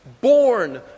born